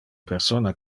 persona